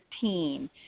team